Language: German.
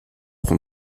vom